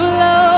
love